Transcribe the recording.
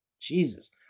Jesus